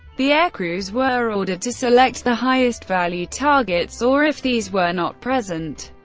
the aircrews were ordered to select the highest value targets or, if these were not present,